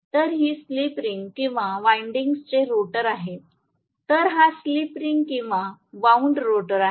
तर ही slip ring किंवा वाईंडिंग्स चे रोटर आहे तर हा स्लिप रिंग किंवा वाउन्ड रोटर आहे